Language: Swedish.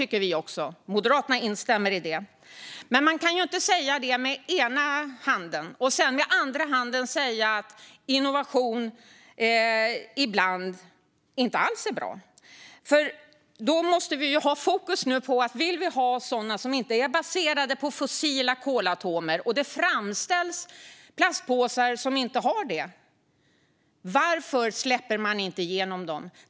Vi moderater instämmer i detta. Men man kan inte säga det med ena handen för att sedan med andra handen säga att innovation ibland inte alls är bra. Vi måste nu ha fokus på om vi vill ha påsar som inte är baserade på fossila kolatomer. Det framställs plastpåsar som inte är det. Varför släpper man inte igenom dem?